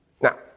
Now